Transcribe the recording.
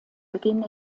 beginn